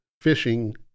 fishing